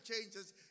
changes